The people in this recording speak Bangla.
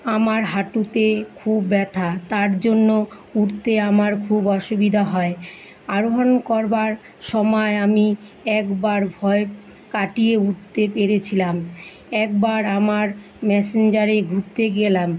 আমার হাঁটুতে খুব ব্যথা তার জন্য উঠতে আমার খুব অসুবিধা হয় আরোহন করবার সময় আমি একবার ভয় কাটিয়ে উঠতে পেরেছিলাম একবার আমার মাসানজোরে ঘুরতে গেলাম